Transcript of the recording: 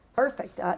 Perfect